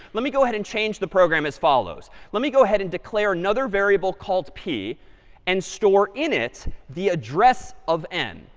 let me go ahead and change the program as follows. let me go ahead and declare another variable called p and store in it's the address of n.